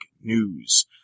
news